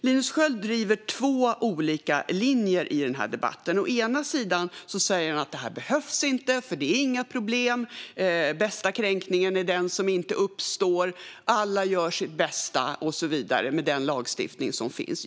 Linus Sköld driver två olika linjer i den här debatten. Å ena sidan säger han att detta inte behövs med den lagstiftning som finns, för att det inte är något problem, för att den bästa kränkningen är den som inte uppstår och för att alla gör sitt bästa och så vidare.